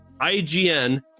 IGN